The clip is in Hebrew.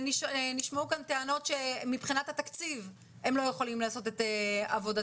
נשמעו כאן טענות שמבחינת התקציב הם לא יכולים לעשות את עבודתם.